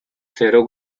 cerro